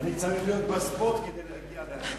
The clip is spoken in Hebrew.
ההצעה להעביר את הצעת חוק ההכנות